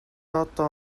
одоо